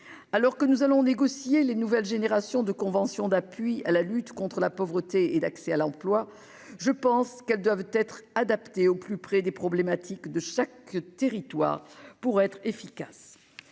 alors que nous allons négocier les nouvelles générations de conventions d'appui à la lutte contre la pauvreté et d'accès à l'emploi, je pense qu'elles doivent être adaptées au plus près des problématiques de chaque territoire pour être efficace,